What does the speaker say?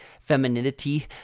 femininity